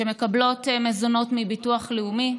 שמקבלות מזונות מביטוח לאומי.